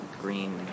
green